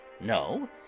No